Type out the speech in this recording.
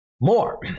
more